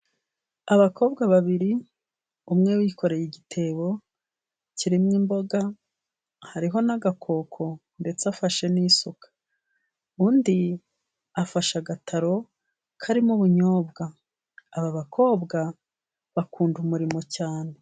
Abakobwa babiri umwe yikoreye igitebo kirimo imboga. Harimo n'agakoko ndetse afashe n'isuka. Undi afashe agataro karimo ubunyobwa. Aba bakobwa bakunda umurimo cyane.